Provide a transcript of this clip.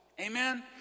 Amen